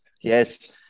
yes